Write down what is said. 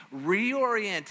reorient